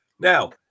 Now